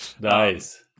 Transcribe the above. Nice